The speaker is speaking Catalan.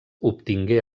obtingué